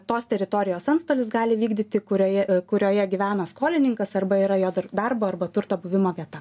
tos teritorijos antstolis gali vykdyti kurioje kurioje gyvena skolininkas arba yra jo darbo arba turto buvimo vieta